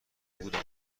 بودم